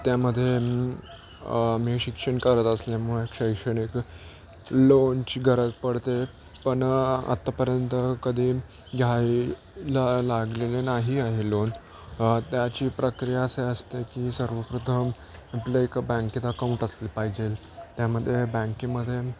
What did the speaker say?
त्यामध्ये मी शिक्षण करत असल्यामुळे शैक्षणिक लोनची गरज पडते पण आत्तापर्यंत कधी घ्यायला लागलेले नाही आहे लोन त्याची प्रक्रिया असे असते की सर्वप्रथम आपलं एका बँकेत अकाऊंट असलं पाहिजेल त्यामध्ये बँकेमध्ये